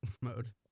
mode